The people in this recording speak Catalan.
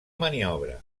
maniobra